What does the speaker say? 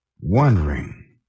wondering